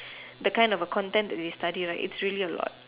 the kind of the Content that they have to study right is really a lot